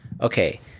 okay